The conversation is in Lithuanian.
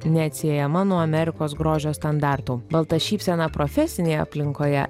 neatsiejama nuo amerikos grožio standartų balta šypsena profesinėje aplinkoje